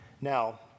Now